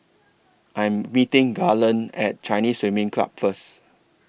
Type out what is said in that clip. I Am meeting Garland At Chinese Swimming Club First